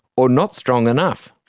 or not strong enough.